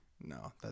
No